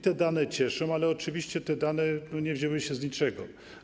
Te dane cieszą, ale oczywiście te dane nie wzięły się z niczego.